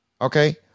Okay